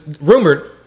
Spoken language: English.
rumored